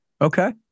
Okay